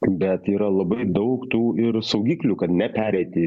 bet yra labai daug tų ir saugiklių kad nepereiti